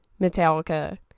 Metallica